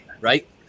right